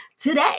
today